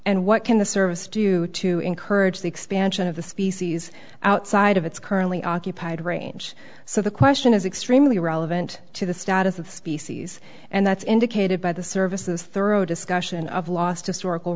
and what can the service do to encourage the expansion of the species outside of its currently occupied range so the question is extremely relevant to the status of the species and that's indicated by the services thorough discussion of last historical